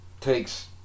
takes